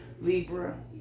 Libra